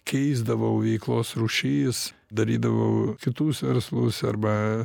keisdavau veiklos rūšis darydavau kitus verslus arba